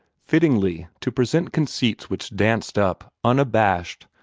fittingly to present conceits which danced up, unabashed,